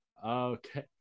Okay